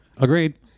Agreed